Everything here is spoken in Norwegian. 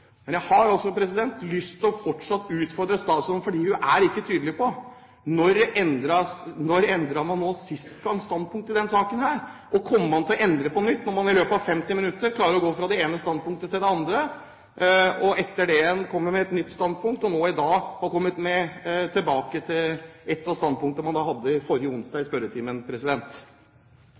Men jeg har fortsatt lyst til å utfordre statsråden, for hun er ikke tydelig på når man sist gang endret standpunkt i denne saken. Når man i løpet av 50 minutter klarer å gå fra det ene standpunktet til det andre, og etter det igjen kommer med et nytt standpunkt, og nå i dag har kommet tilbake til ett av standpunktene man hadde i spørretimen sist onsdag – kommer man til å endre det på nytt? Opposisjonen prøver i